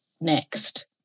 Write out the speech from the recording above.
next